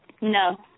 No